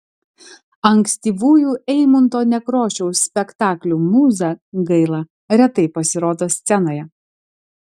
ankstyvųjų eimunto nekrošiaus spektaklių mūza gaila retai pasirodo scenoje